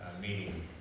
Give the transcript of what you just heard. meeting